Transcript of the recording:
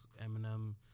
Eminem